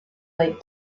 late